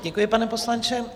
Děkuji, pane poslanče.